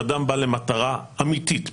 אדם בא למטרה אמיתית,